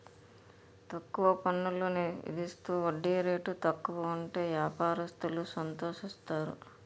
తక్కువ పన్నులు విధిస్తూ వడ్డీ రేటు తక్కువ ఉంటే వ్యాపారస్తులు సంతోషిస్తారు